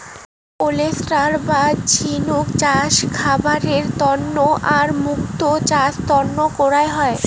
oyster বা ঝিনুক চাষ খাবারের তন্ন আর মুক্তো চাষ তন্ন করাং হই